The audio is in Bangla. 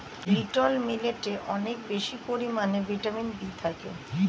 লিট্ল মিলেটে অনেক বেশি পরিমাণে ভিটামিন বি থাকে